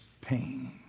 pain